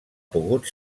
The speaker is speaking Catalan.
pogut